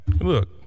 Look